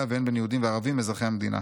והן בין יהודים וערבים אזרחי המדינה.